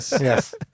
Yes